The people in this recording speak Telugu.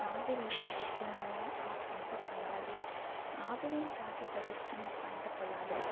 ఆవిరి పట్టియున్న ఆ పొంటపొలాలు ఆవిరిని తాకి తడుస్తున్న పంటపొలాలు